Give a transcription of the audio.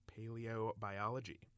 paleobiology